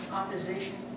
opposition